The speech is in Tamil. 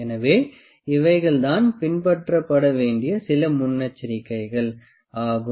எனவே இவைகள் தான் பின்பற்றப்பட வேண்டிய சில முன்னெச்சரிக்கைகள் ஆகும்